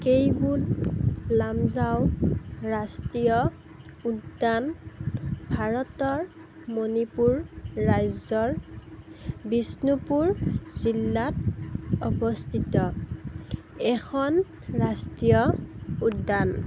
কেইবুল লামজাও ৰাষ্ট্ৰীয় উদ্যান ভাৰতৰ মণিপুৰ ৰাজ্যৰ বিষ্ণুপুৰ জিলাত অৱস্থিত এখন ৰাষ্ট্ৰীয় উদ্যান